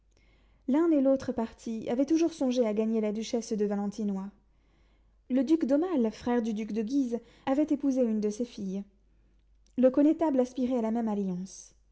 l'un et l'autre parti avait toujours songé à gagner la duchesse de valentinois le duc d'aumale frère du duc de guise avait épousé une de ses filles le connétable aspirait à la même alliance